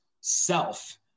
self